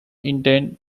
intend